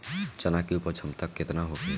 चना के उपज क्षमता केतना होखे?